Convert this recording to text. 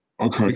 okay